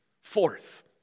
Fourth